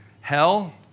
Hell